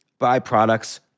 byproducts